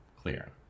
clear